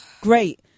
Great